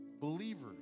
believers